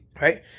right